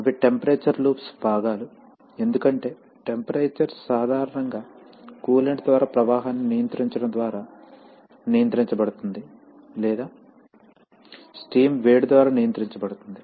అవి temperature loops భాగాలు ఎందుకంటే టెంపరేచర్ సాధారణంగా కూలెంట్ ద్వారా ప్రవాహాన్ని నియంత్రించడం ద్వారా నియంత్రించబడుతుంది లేదా స్టీమ్ వేడి ద్వారా నియంత్రించబడుతుంది